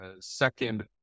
second